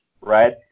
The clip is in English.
right